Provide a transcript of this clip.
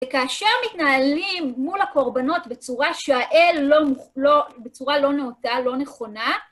וכאשר מתנהלים מול הקורבנות בצורה שהאל בצורה לא נאותה, לא נכונה,